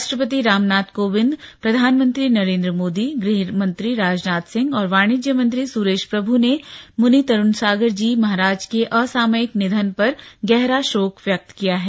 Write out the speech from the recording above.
राष्ट्रडपति रामनाथ कोविंद प्रधानमंत्री नरेन्द्रद मोदी गृहमंत्री राजनाथ सिंह और वाणिज्या मंत्री सुरेश प्रभू ने मुनि तरुण सागर जी महाराज के असामयिक निधन पर गहरा शोक व्यक्त किया है